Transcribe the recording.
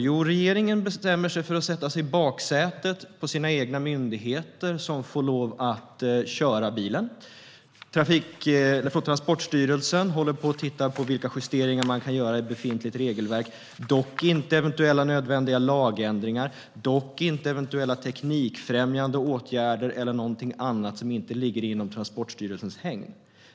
Jo, regeringen bestämmer sig för att sätta sig i baksätet och låta myndigheterna köra bilen. Transportstyrelsen håller på att titta på vilka justeringar man kan göra i befintligt regelverk. Det gäller dock inte eventuella nödvändiga lagändringar, teknikfrämjande åtgärder eller någonting annat som inte ligger inom Transportstyrelsens hägn.